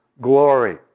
glory